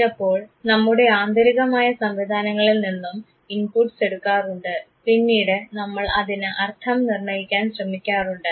ചിലപ്പോൾ നമ്മുടെ ആന്തരികമായ സംവിധാനങ്ങളിൽ നിന്നും ഇൻപുട്ട്സ് എടുക്കാറുണ്ട് പിന്നീട് നമ്മൾ അതിന് അർത്ഥം നിർണയിക്കാൻ ശ്രമിക്കാറുണ്ട്